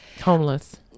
Homeless